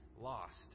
lost